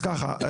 אז ככה,